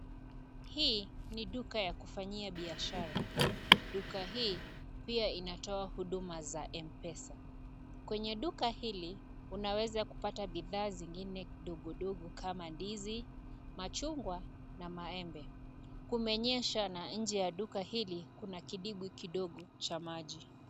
Hii ni duka ya kufanyia biashara. Duka hii, pia inatoa huduma za Mpesa. Kwenye duka hili, unaweza kupata bidhaa zingine dogo dogo kama ndizi, machungwa na maembe. Kumenyesha na nje ya duka hili, kuna kidimbwi kidogo cha maji.